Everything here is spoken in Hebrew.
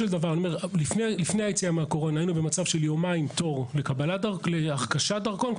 לפני היציאה מהקורונה היינו במצב של יומיים תור להרכשת דרכון,